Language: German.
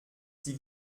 die